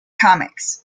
comics